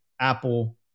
Apple